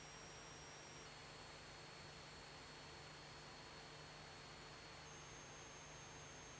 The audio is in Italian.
Grazie